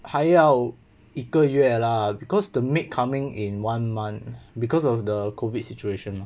还要一个月 lah because the maid coming in one month because of the COVID situation